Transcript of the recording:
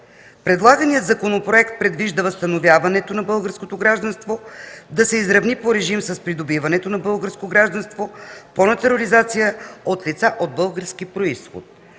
Предлаганият законопроект предвижда възстановяването на българското гражданство да се изравни по режим с придобиването на българско гражданство по натурализация от лица от български произход.